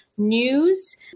News